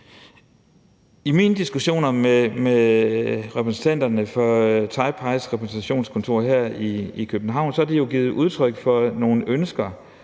I mine diskussioner med repræsentanterne for Taipeis repræsentationskontor her i København har de jo givet udtryk for nogle ønsker.